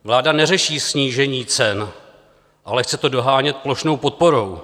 Vláda neřeší snížení cen, ale chce to dohánět plošnou podporou.